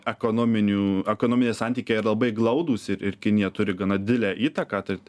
ekonominių ekonominiai santykiai labai glaudūs ir ir kinija turi gana didelę įtaką tai